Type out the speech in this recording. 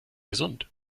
gesund